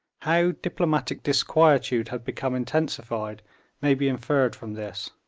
how diplomatic disquietude had become intensified may be inferred from this,